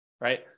right